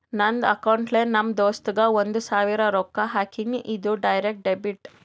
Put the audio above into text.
ನಂದ್ ಅಕೌಂಟ್ಲೆ ನಮ್ ದೋಸ್ತುಗ್ ಒಂದ್ ಸಾವಿರ ರೊಕ್ಕಾ ಹಾಕಿನಿ, ಇದು ಡೈರೆಕ್ಟ್ ಡೆಬಿಟ್